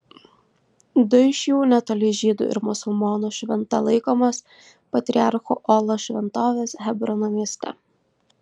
du iš jų netoli žydų ir musulmonų šventa laikomos patriarchų olos šventovės hebrono mieste